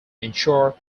ensure